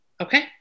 Okay